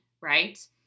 right